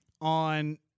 on